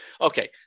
Okay